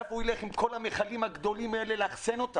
איפה יאחסן את כל המכלים הגדולים האלה,